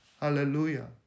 Hallelujah